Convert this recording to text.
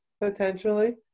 potentially